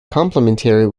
complimentary